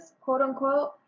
quote-unquote